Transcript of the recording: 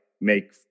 make